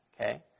okay